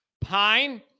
pine